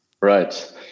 Right